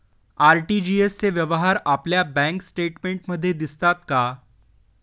RTGS चे व्यवहार आपल्या बँक स्टेटमेंटमध्ये दिसतात का?